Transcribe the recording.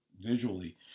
visually